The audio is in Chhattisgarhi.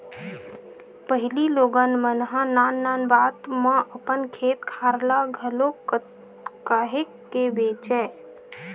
पहिली लोगन मन ह नान नान बात म अपन खेत खार ल घलो काहेच के बेंचय